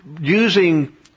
using